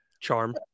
Charm